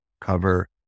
cover